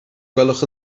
gwelwch